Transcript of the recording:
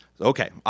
okay